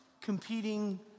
competing